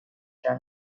run